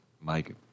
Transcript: Mike